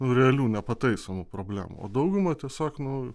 realių nepataisomų problemų o dauguma tiesiog nu